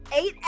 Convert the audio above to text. eight